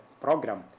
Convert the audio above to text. program